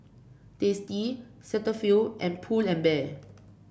Tasty Cetaphil and Pull and Bear